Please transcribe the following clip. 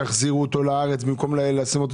שיחזירו את הייצור לארץ במקום לשים אותו